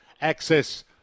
Access